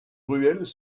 ruelles